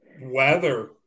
Weather